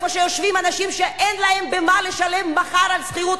במקום שיושבים אנשים שאין להם במה לשלם מחר על שכירות,